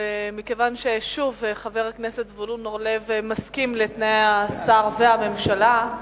ומכיוון ששוב חבר הכנסת זבולון אורלב מסכים לתנאי השר והממשלה,